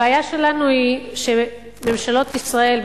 הבעיה שלנו היא שממשלות ישראל,